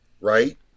right